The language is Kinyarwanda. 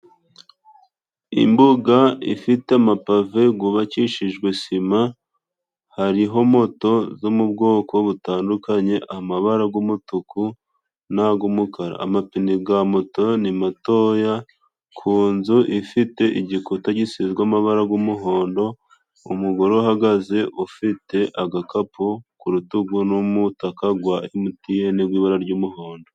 Imbuga ifite amapave gwubakishijwe sima, hariho moto zo mu bwoko butandukanye, amabara gw'umutuku n'ag' umukara, amapine ga moto ni matoya, ku nzu ifite igikuta gisizwe amabara g'umuhondo, umugore uhagaze ufite agakapu ku rutugu n'umutaka gwa Emutiyeni gw'ibara ry'umuhondo.